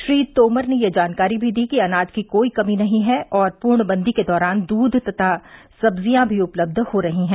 श्री तोमर ने यह जानकारी भी दी कि अनाज की कोई कमी नहीं है और पूर्णबंदी के दौरान दूध तथा सब्जियां भी उपलब्ध हो रही हैं